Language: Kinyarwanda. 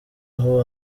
aho